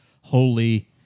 holy